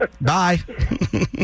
Bye